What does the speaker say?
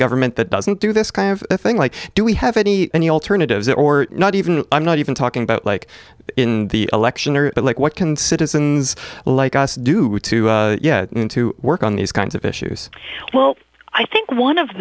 government that doesn't do this kind of thing like do we have any new alternatives or not even i'm not even talking about like in the election or the like what can citizens like us do to get in to work on these kinds of issues well i think one of